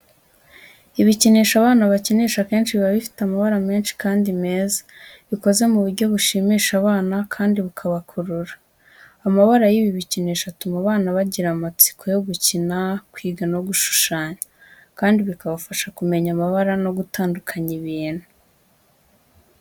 Ibikinisho abana bakinisha akenshi biba bifite amabara menshi kandi meza, bikoze mu buryo bushimisha abana kandi bukabakurura. Amabara y'ibi bikinisho, atuma abana bagira amatsiko yo gukina, kwiga no gushushanya, kandi bikabafasha kumenya amabara no gutandukanya ibintu.